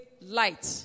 light